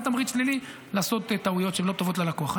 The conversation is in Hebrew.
תמריץ שלילי לעשות טעויות שהן לא טובות ללקוח.